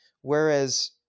Whereas